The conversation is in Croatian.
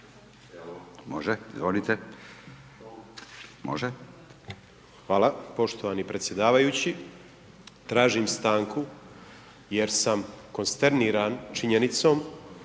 Nikola (MOST)** Hvala poštovani predsjedavajući. Tražim stanku jer sam konsterniran činjenicom